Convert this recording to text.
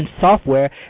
software